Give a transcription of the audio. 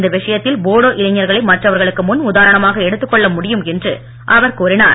இந்த விஷயத்தில் போடோ இளைஞர்களை மற்றவர்களுக்கு முன் உதாரணமாக எடுத்துக்கொள்ள முடியும் என்று அவர் கூறினார்